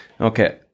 Okay